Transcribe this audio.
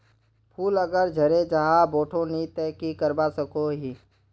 फूल अगर झरे जहा बोठो नी ते की करवा सकोहो ही?